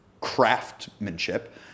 craftsmanship